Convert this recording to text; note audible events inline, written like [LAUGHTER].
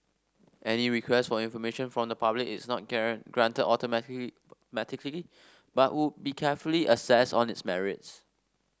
any request for information from the public is not [UNINTELLIGIBLE] granted automatic [UNINTELLIGIBLE] but would be carefully assessed on its merits